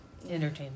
Entertainment